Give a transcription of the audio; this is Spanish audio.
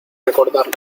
recordarlo